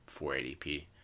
480p